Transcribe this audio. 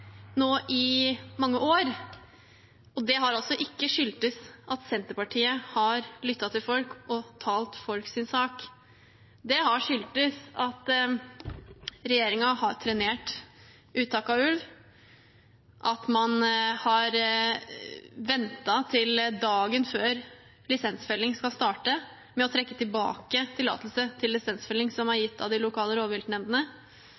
nå i mange år, og det har ikke skyldtes at Senterpartiet har lyttet til folk og talt folks sak. Det har skyldtes at regjeringen har trenert uttak av ulv, at man har ventet til dagen før lisensfelling skal starte, med å trekke tilbake tillatelse til lisensfelling som er